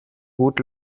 gut